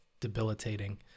debilitating